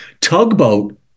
Tugboat